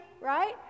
right